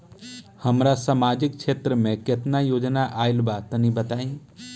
हमरा समाजिक क्षेत्र में केतना योजना आइल बा तनि बताईं?